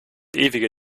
ewige